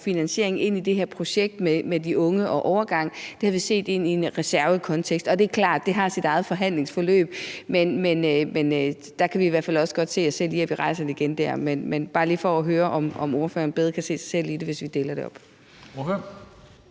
finansiering af det her projekt med de unge og overgangen, havde vi set i en reservekontekst. Og det er klart, at det har sit eget forhandlingsforløb. Men der kan vi i hvert fald også godt se os selv i at rejse det igen. Men det er bare lige for at høre, om ordføreren bedre kan se sig selv i det, hvis vi deler det op.